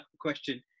question